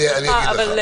אני אגיד לך.